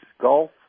golf